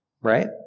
right